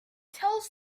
tells